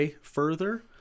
further